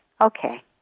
Okay